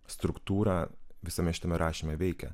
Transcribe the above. struktūra visame šitame rašyme veikia